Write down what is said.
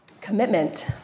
commitment